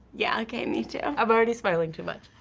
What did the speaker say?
yeah, okay, me too. i'm already smiling too much.